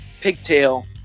pigtail